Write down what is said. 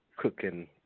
cooking